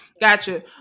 gotcha